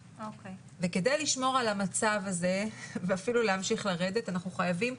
וכדי לשמור על המצב הזה ואפילו להמשיך לרדת אנחנו חייבים,